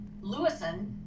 Lewison